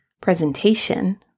presentation